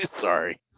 sorry